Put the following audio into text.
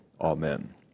Amen